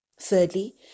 Thirdly